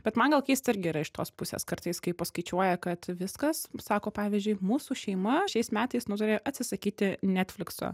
bet man gal keista irgi yra iš tos pusės kartais kai paskaičiuoja kad viskas sako pavyzdžiui mūsų šeima šiais metais nutarė atsisakyti netflikso